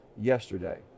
yesterday